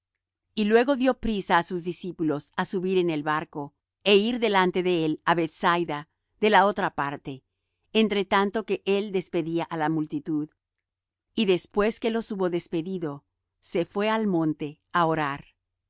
y luego dió priesa á sus discípulos á subir en el barco é ir delante de él á bethsaida de la otra parte entre tanto que él despedía la multitud y después que los hubo despedido se fué al monte á orar